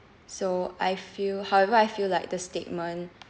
so I feel however I feel like the statement